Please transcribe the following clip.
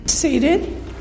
Seated